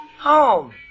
Home